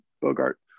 Bogart